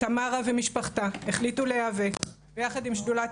תמרה ומשפחתה החליטו להיאבק ויחד עם שדולת